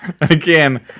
Again